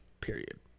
Period